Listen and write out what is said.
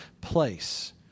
place